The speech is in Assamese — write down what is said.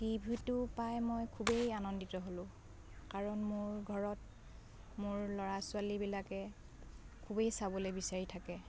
টিভিটো পাই মই খুবেই আনন্দিত হ'লোঁ কাৰণ মোৰ ঘৰত মোৰ ল'ৰা ছোৱালীবিলাকে খুবেই চাবলৈ বিচাৰি থাকে